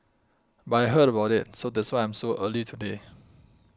but I heard about it so that's why I'm so early today